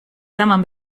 eraman